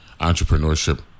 entrepreneurship